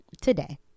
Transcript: Today